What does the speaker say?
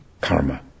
Karma